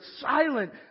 silent